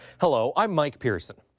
hello, i'm mike pearson.